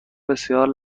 بسیار